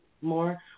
more